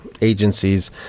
agencies